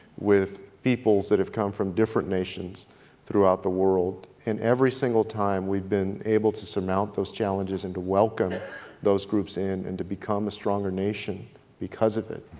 with people that have come from different nations throughout the world. and every single time we've been able to surmount those challenges and to welcome those groups in and to become a stronger nation because of it,